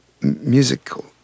musical